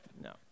No